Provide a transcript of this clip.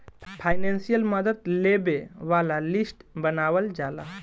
financial मदद लेबे वाला लिस्ट बनावल जाला